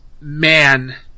man